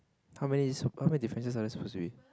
how many su~ how many differences are there suppose to be